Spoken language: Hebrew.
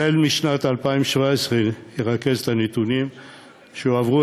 החל משנת 2017 הוא ירכז את הנתונים שיועברו